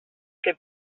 que